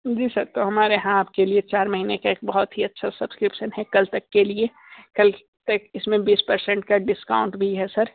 जी sir तो हमारे यहाँ आपके लिए चार महीने का एक बहुत ही अच्छा सब्सक्रिप्शन है कल तक के लिए कल तक इसमें बीस परसेंट का डिस्काउंट भी है सर